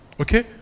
Okay